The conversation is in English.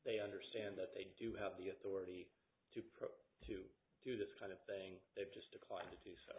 they understand that they do have the authority to do this kind of thing they've just declined to do so